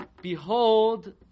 Behold